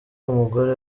umugore